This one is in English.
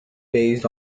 based